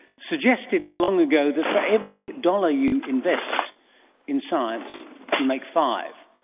suggested not long ago that for every dollar you invest in science you make five.